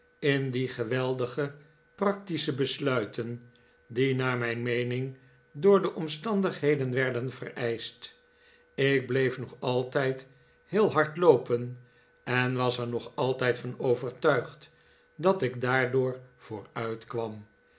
in die geweldige practische besluiten die naar mijn meening door de omstandigheden werden vereischt ik bleef nog altijd heel hard loopen en was er nog altijd van overtuigd dat ik daardoor